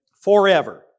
Forever